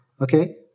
okay